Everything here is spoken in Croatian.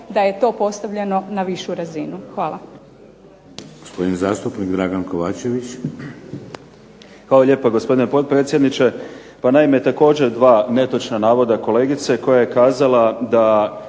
da je to postavljeno na višu razinu. Hvala.